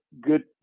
good